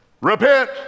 Repent